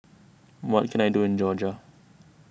what can I do in Georgia